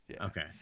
Okay